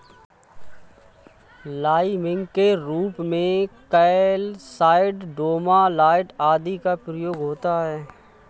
liming के रूप में कैल्साइट, डोमालाइट आदि का प्रयोग होता है